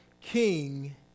king